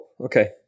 Okay